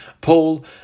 Paul